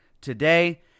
today